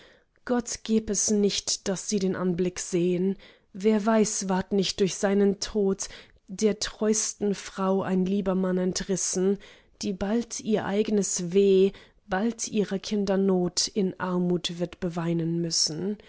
gott geb es nicht daß sie den anblick sehn wer weiß ward nicht durch seinen tod der treusten frau ein lieber mann entrissen die bald ihr eignes weh bald ihrer kinder not in armut wird beweinen müssen